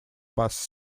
bus